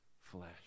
flesh